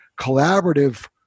collaborative